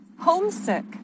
homesick